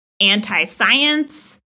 anti-science